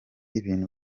ibintu